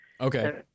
okay